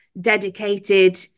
dedicated